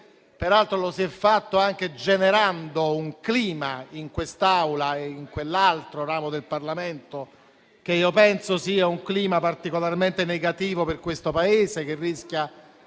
Peraltro, lo si è fatto anche generando un clima in quest'Aula e in quell'altro ramo del Parlamento che penso sia particolarmente negativo per questo Paese, che rischia